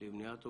למניעת אובדנות.